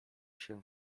się